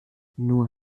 nur